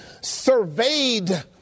surveyed